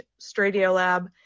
StradioLab